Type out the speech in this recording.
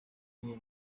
ariyo